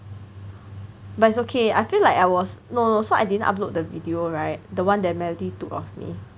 but it's okay I feel like I was no no so I didn't upload the video right the one that Melody took of me